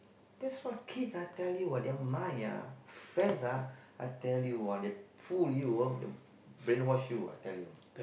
that's why kids ah I tell you ah their minds ah friends ah I tell you ah they pull you ah they brainwash you I tell you